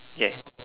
okay